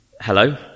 hello